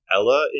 Ella